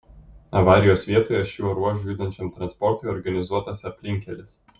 avarijos vietoje šiuo ruožu judančiam transportui organizuotas aplinkkelis